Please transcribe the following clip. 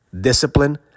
discipline